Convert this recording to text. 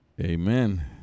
amen